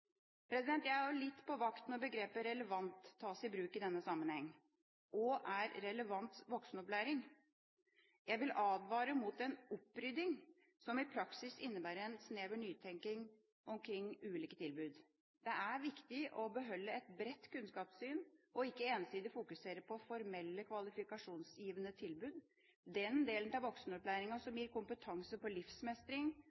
Jeg er også litt på vakt når begrepet «relevant» tas i bruk i denne sammenheng. Hva er relevant voksenopplæring? Jeg vil advare mot en «opprydding» som i praksis innebærer en snever nyttetenkning omkring ulike tilbud. Det er viktig å beholde et bredt kunnskapssyn og ikke ensidig fokusere på formelle kvalifikasjonsgivende tilbud. Den delen av voksenopplæringa som